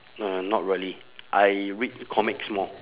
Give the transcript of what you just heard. uh not really I read comics more